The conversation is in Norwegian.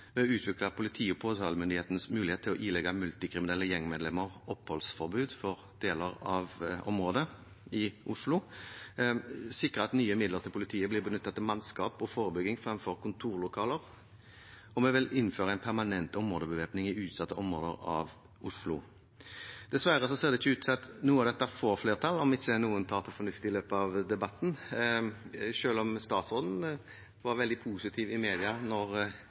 å utvide politiets og påtalemyndighetens mulighet til å ilegge multikriminelle gjengmedlemmer oppholdsforbud for deler av området, i Oslo, sikre at nye midler til politiet blir benyttet til mannskap og forebygging framfor kontorlokaler, og vi vil innføre en permanent områdebevæpning i utsatte områder av Oslo. Dessverre ser det ikke ut til at noe av dette får flertall, om ikke noen tar til fornuft i løpet av debatten. Selv om statsråden var veldig positiv i media